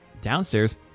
Downstairs